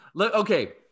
okay